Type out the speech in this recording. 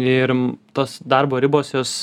ir tos darbo ribos jos